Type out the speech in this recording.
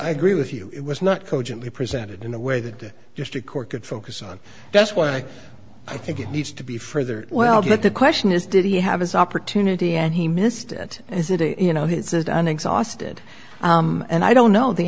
i agree with you it was not cogently presented in a way that the district court could focus on that's why i think it needs to be further well but the question is did he have his opportunity and he missed it and is it a you know his is an exhausted and i don't know the